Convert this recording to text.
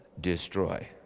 destroy